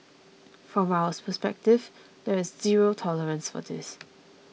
from our perspective there is zero tolerance for this